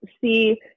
see